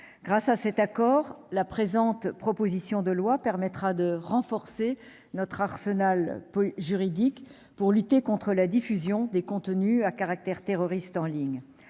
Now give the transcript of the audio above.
Grâce à cet accord, la présente proposition de loi permettra de renforcer notre arsenal juridique pour lutter contre la diffusion des contenus à caractère terroriste en ligne.